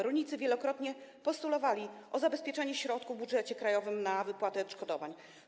Rolnicy wielokrotnie postulowali zabezpieczanie środków w budżecie krajowym na wypłatę odszkodowań.